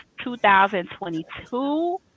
2022